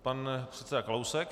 Pan předseda Kalousek.